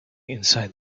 inside